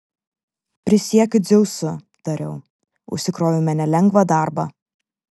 prisiekiu dzeusu tariau užsikrovėme nelengvą darbą